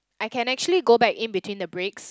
I can actually go back in between the breaks